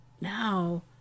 now